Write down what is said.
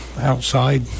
outside